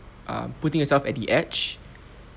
err putting yourself at the edge